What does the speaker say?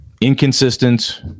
inconsistent